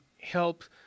helps